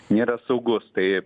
nėra saugus tai